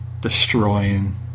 destroying